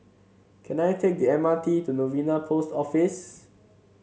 can I take the M R T to Novena Post Office